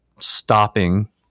stopping